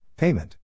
Payment